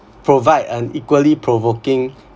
provide an equally provoking